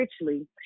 richly